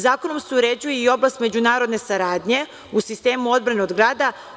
Zakonom se uređuje i oblast međunarodne saradnje u sistemu odbrane od grada.